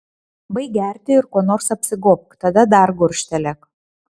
baik gerti ir kuo nors apsigobk tada dar gurkštelėk